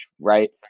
right